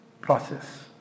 process